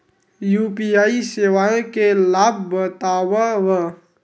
UPI सेवाएं के लाभ बतावव?